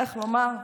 איך לומר?